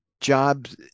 jobs